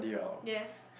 yes